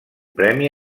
premi